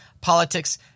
politics